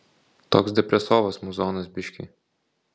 toks depresovas muzonas biškį